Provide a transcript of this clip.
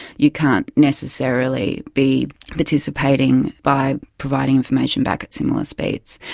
you can't necessarily be participating by providing information back at similar speeds.